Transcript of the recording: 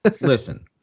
listen